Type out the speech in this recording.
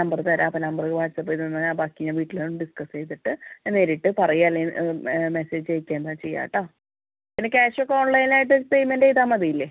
number തരാം അപ്പം നമ്പറിലേക്ക് വാട്സ്ആപ്പ് ചെയ്ത് തന്നാൽ ബാക്കി ഞാൻ വീട്ടിൽ വന്ന് ഡിസ്കസ് ചെയ്തിട്ട് നേരിട്ട് പറയാം അല്ലെങ്കിൽ മെസ്സേജ് അയക്കാം എന്തെങ്കിലും ചെയ്യാം കേട്ടോ പിന്നെ ക്യാഷ് ഒക്കെ ഓൺലൈൻ ആയിട്ട് പേയ്മെൻറ്റ് ചെയ്താൽ മതി അല്ലേ